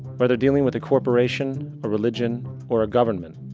whether dealing with a corporation, a religion or a government,